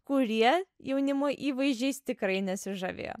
kurie jaunimo įvaizdžiais tikrai nesižavėjo